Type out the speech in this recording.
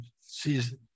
sees